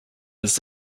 his